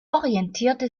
orientierte